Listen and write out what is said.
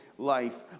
Life